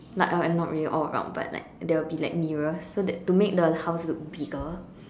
like uh not really all around but like there will be like mirrors so that to make the house look bigger